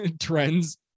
trends